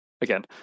again